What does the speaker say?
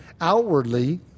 outwardly